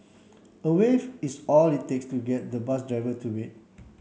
a wave is all it takes to get the bus driver to wait